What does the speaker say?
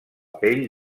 pell